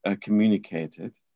communicated